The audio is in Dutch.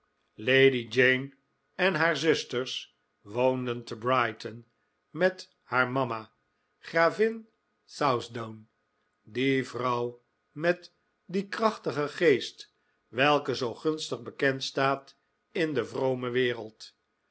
lady jane en haar zusters woonden te brighton met haar mama gravin southdown die vrouw met dien krachtigen geest welke zoo gunstig bekend staat in de vrome wereld